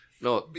No